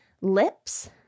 lips